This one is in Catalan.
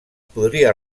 podria